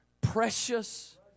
precious